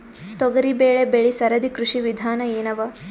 ತೊಗರಿಬೇಳೆ ಬೆಳಿ ಸರದಿ ಕೃಷಿ ವಿಧಾನ ಎನವ?